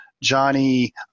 Johnny